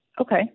Okay